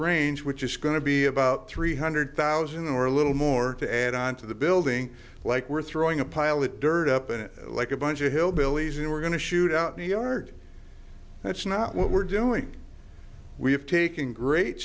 range which is going to be about three hundred thousand or a little more to add on to the building like we're throwing a pile of dirt up in it like a bunch of hillbillies and we're going to shoot out the yard that's not what we're doing we have taken great